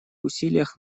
усилиях